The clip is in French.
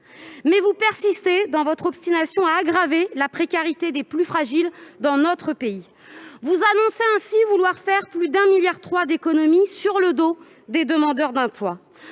vous persistez dans votre obstination à aggraver la précarité des plus fragiles dans notre pays. Vous annoncez ainsi vouloir faire plus de 1,3 milliard d'euros d'économies sur le dos des demandeurs d'emploi.